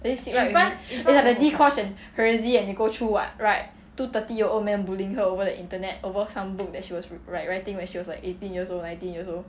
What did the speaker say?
that you sit right with me oh ya the dee-kosh and hazel and nicole choo [what] right two thirty year old men bullying her over the internet over some book that she was re~ like writing when she was like eighteen years old nineteen years old